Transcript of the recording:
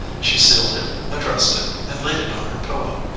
she sealed it, addressed it, and laid it on her pillow.